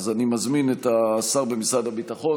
אז אני מזמין את השר במשרד הביטחון,